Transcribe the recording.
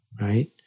right